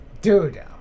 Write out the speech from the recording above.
dude